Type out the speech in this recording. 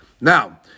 Now